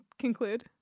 conclude